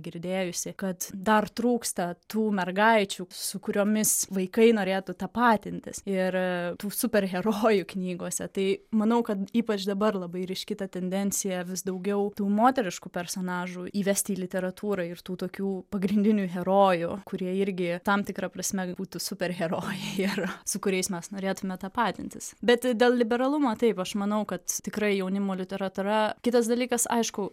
girdėjusi kad dar trūksta tų mergaičių su kuriomis vaikai norėtų tapatintis ir tų superherojų knygose tai manau kad ypač dabar labai ryški ta tendencija vis daugiau tų moteriškų personažų įvesti į literatūrą ir tų tokių pagrindinių herojų kurie irgi tam tikra prasme būtų superherojai ar su kuriais mes norėtume tapatintis bet dėl liberalumo taip aš manau kad tikrai jaunimo literatūra kitas dalykas aišku